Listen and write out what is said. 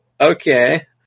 Okay